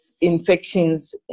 infections